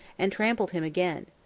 and trampled him again.